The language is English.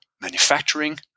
manufacturing